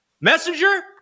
Messenger